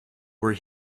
were